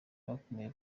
bakomeje